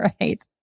Right